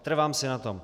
Trvám si na tom.